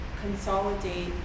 consolidate